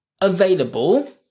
available